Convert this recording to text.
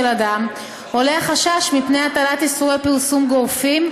אדם עולה החשש מפני הטלת איסורי פרסום גורפים,